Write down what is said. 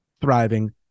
thriving